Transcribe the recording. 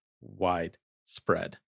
widespread